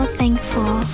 thankful